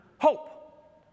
hope